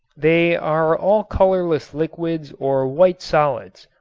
they are all colorless liquids or white solids.